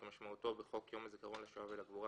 האיבה כמשמעותו בחוק יום הזיכרון לחללי מערכות ישראל,